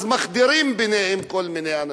אז מחדירים ביניהם כל מיני אנשים,